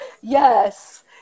yes